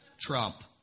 Trump